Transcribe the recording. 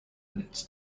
its